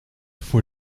for